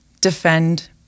defend